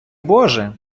боже